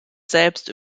selbst